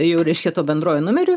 jau reiškia tuo bendruoju numeriu